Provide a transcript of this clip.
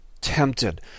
tempted